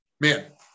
man